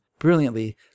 Brilliantly